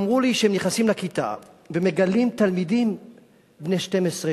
הם אמרו לי שהם נכנסים לכיתה ומגלים תלמידים בני 12,